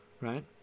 right